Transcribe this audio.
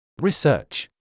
Research